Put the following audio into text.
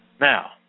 Now